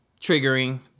triggering